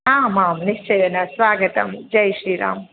आम् आं निश्चयेन स्वागतं जय् श्रीराम्